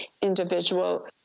individual